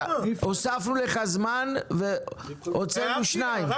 הוספנו לך זמן והוצאנו שניים.